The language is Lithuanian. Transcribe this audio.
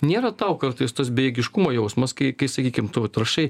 niera tau kartais tas bejėgiškumo jausmas kai kai sakykim tu vat rašai